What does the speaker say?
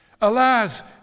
Alas